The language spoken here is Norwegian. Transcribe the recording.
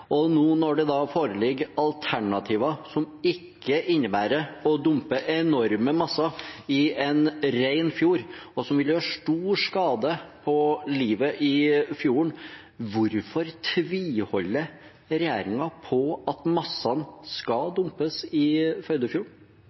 Nå når det da foreligger alternativer som ikke innebærer å dumpe enorme masser i en ren fjord, noe som vil gjøre stor skade på livet i fjorden, hvorfor tviholder regjeringen på at massene skal dumpes i Førdefjorden?